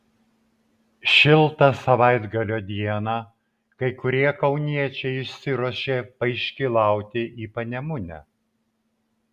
šiltą savaitgalio dieną kai kurie kauniečiai išsiruošė paiškylauti į panemunę